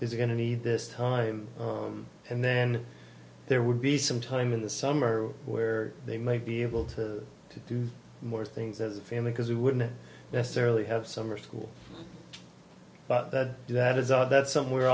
is going to be this time and then there would be some time in the summer where they might be able to do more things as a family because we wouldn't necessarily have summer school but that that is our that's somewhere